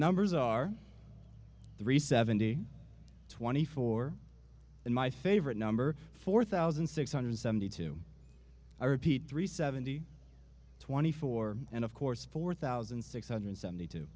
numbers are three seventy twenty four and my favorite number four thousand six hundred seventy two i repeat three seventy twenty four and of course four thousand six hundred seventy two